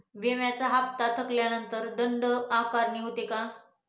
विम्याचा हफ्ता थकल्यानंतर दंड आकारणी होते का?